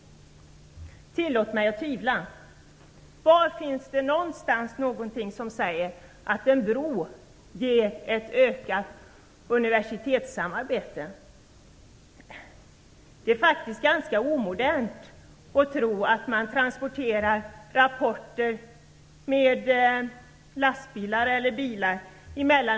Tillåt mig att tvivla. Var finns det något som säger att en bro ger ett ökat universitetssamarbete? Det är faktiskt ganska omodernt att tro att man i dag mellan universiteten transporterar rapporter med lastbilar eller bilar.